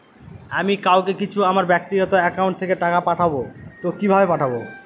আমি কাউকে কিছু আমার ব্যাক্তিগত একাউন্ট থেকে টাকা পাঠাবো তো কিভাবে পাঠাবো?